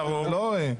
אחד.